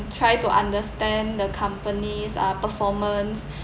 try to understand the companies are performance